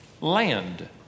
land